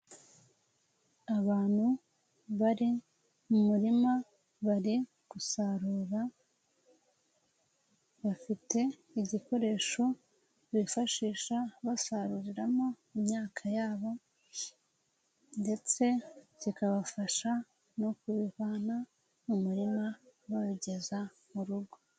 Abantu bari mu murima bari gusarura bafite igikoresho bifashisha basaruriramo imyaka yabo ndetse zikabafasha no kubivana mu muririma bageza mu rugo.